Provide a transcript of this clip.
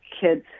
kids